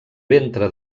ventre